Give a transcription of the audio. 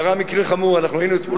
היינו אתמול,